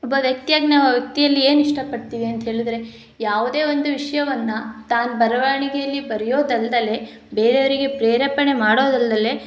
ಒಬ್ಬ ವ್ಯಕ್ತಿಯಾಗಿ ನಾವು ವ್ಯಕ್ತಿಯಲ್ಲಿ ಏನು ಇಷ್ಟ ಪಡ್ತೀವಿ ಅಂತ ಹೇಳಿದ್ರೆ ಯಾವುದೇ ಒಂದು ವಿಷಯವನ್ನ ತಾನು ಬರವಣಿಗೆಯಲ್ಲಿ ಬರೆಯೋದ್ ಅಲ್ದಲೇ ಬೇರೆಯೋರಿಗೆ ಪ್ರೇರೇಪಣೆ ಮಾಡೋದಲ್ದಲೆ